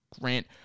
Grant